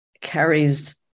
carries